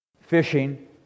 fishing